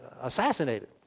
assassinated